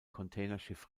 containerschiff